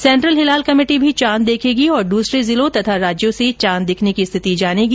central हिलाल committee भी चांद देखेगी और दूसरे जिलों और राज्यों से चांद दिखने की रिथति जानेगी